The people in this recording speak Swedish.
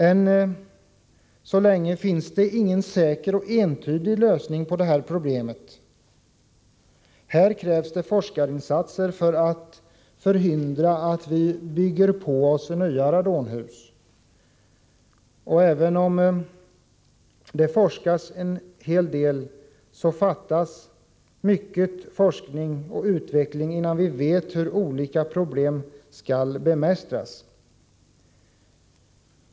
Ännu så länge finns det inte någon säker och entydig lösning på detta problem. Här krävs det forskarinsatser för att förhindra att vi bygger på oss nya radonhus. Även om det forskas en hel del fattas mycket forskning och utveckling, innan vi vet hur radonstrålningen från marken skall bemästras.